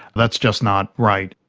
that's just not right.